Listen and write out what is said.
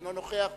שאינו נוכח.